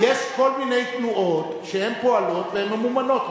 ואני גם מודיע לך שכל מי שמתיימר להיות שדולה לדף של הכנסת,